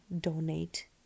donate